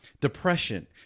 depression